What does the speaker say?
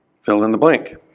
fill-in-the-blank